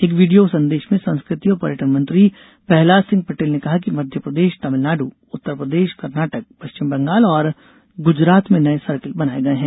एक वीडियो संदेश में संस्कृति और पर्यटन मंत्री प्रहलाद सिंह पटेल ने कहा कि मध्य प्रदेश तमिलनाडु उत्तर प्रदेश कर्नाटक पश्चिम बंगाल और गुजरात में नए सर्किल बनाए गए हैं